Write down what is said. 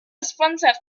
sponsor